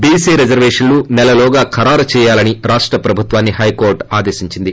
BC రిజర్వేషన్లు నెలలోగా ఖరారు చేయాలని రాష్ట ప్రభుత్వాన్ని హైకోర్టు ఆదేశించింది